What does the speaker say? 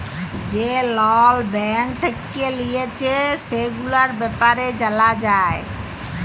যে লল ব্যাঙ্ক থেক্যে লিয়েছে, সেগুলার ব্যাপারে জালা যায়